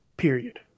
period